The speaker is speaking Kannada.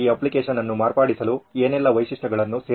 ಈ ಅಪ್ಲಿಕೇಶನ್ ಅನ್ನು ಮಾರ್ಪಡಿಸಲು ಏನೆಲ್ಲಾ ವೈಶಿಷ್ಟ್ಯಗಳನ್ನು ಸೇರಿಸಬಹುದು